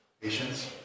Patience